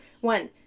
One